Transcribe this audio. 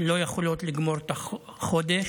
לא יכולות לגמור את החודש,